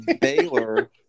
Baylor